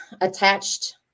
attached